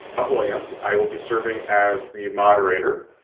williams. i will be serving as the moderator,